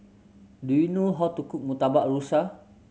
do you know how to cook Murtabak Rusa